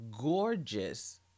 gorgeous